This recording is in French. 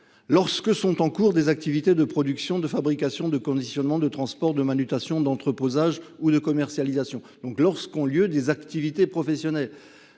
lorsque sont en cours, des activités de production de fabrication de conditionnement de transports de manutention d'entreposage ou de commercialisation donc lorsqu'on lieu des activités professionnelles.